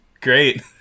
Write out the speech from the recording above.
great